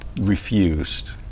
refused